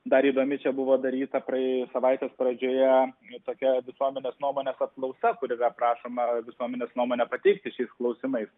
dar įdomi čia buvo daryta praėjus savaitės pradžioje tokia visuomenės nuomonės apklausa kur yra prašoma visuomenės nuomonę pateikti šiais klausimais